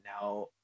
now